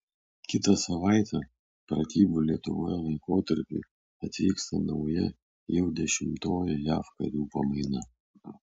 kitą savaitę pratybų lietuvoje laikotarpiui atvyksta nauja jau dešimtoji jav karių pamaina